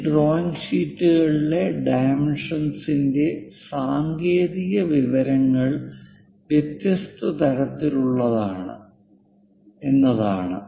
ഈ ഡ്രോയിംഗ് ഷീറ്റുകളിലെ ഡൈമെൻഷന്സിന്റെ സാങ്കേതിക വിവരങ്ങൾ വ്യത്യസ്ത തരത്തിലുള്ളതാണ് എന്നതാണ്